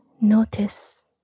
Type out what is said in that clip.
notice